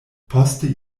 poste